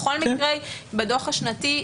בכל מקרה בדוח השנתי,